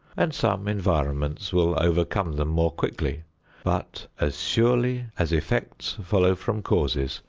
and some environments will overcome them more quickly but as surely as effects follow from causes,